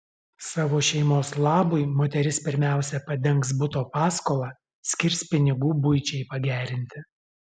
savo šeimos labui moteris pirmiausia padengs buto paskolą skirs pinigų buičiai pagerinti